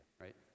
right